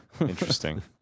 Interesting